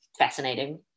fascinating